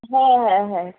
হ্যাঁ হ্যাঁ হ্যাঁ